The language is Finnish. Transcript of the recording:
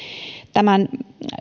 tämän